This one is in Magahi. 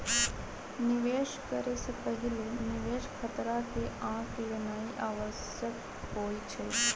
निवेश करे से पहिले निवेश खतरा के आँक लेनाइ आवश्यक होइ छइ